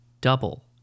double